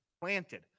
planted